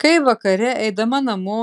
kai vakare eidama namo